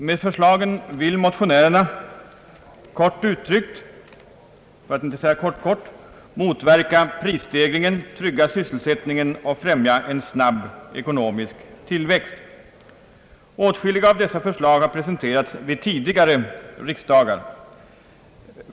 Med förslagen vill motionärerna — kort uttryckt, för att inte säga kort-kort — motverka prisstegringen, trygga sysselsättningen och främja en snabb ekonomisk tillväxt. Åtskilliga av förslagen har presenterats vid tidigare riksdagar.